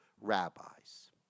rabbis